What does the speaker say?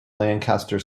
lancaster